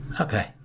Okay